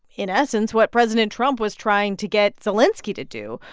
in essence, what president trump was trying to get zelenskiy to do,